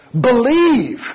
Believe